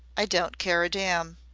i don't care a damn.